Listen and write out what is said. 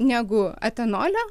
negu etanolio